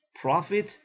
profit